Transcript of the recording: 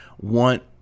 want